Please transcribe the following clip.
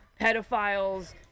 pedophiles